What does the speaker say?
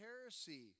heresy